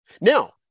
Now